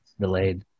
delayed